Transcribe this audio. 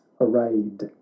arrayed